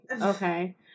Okay